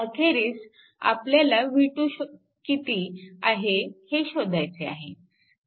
अखेरीस आपल्याला v2 किती आहे हे शोधायचे आहे